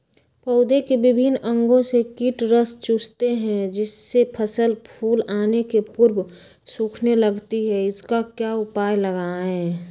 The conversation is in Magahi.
पौधे के विभिन्न अंगों से कीट रस चूसते हैं जिससे फसल फूल आने के पूर्व सूखने लगती है इसका क्या उपाय लगाएं?